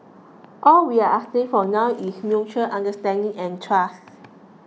all we're asking for now is mutual understanding and trust